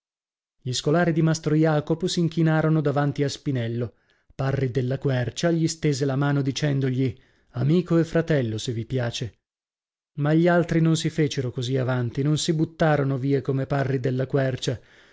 gli scolari di mastro jacopo s'inchinarono davanti a spinello parri della quercia gli stese la mano dicendogli amico e fratello se vi piace ma gli altri non si fecero così avanti non si buttarono via come parri della quercia